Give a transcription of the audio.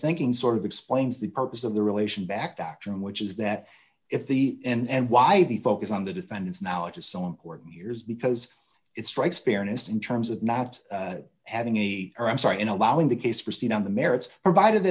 thinking sort of explains the purpose of the relation back to action which is that if the and why the focus on the defendant's knowledge is so important yours because it strikes fairness in terms of not having a or i'm sorry in allowing the case proceed on the merits provided